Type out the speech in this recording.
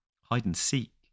Hide-and-seek